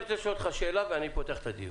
אני רוצה לשאול אותך שאלה ואני פותח את הדיון: